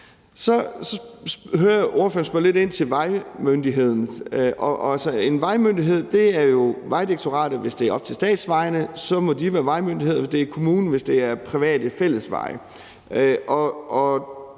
Så hører jeg ordføreren spørge lidt ind til vejmyndigheden. En vejmyndighed er jo Vejdirektoratet, hvis det er statsvejene, og det er kommunen, hvis det er private fællesveje,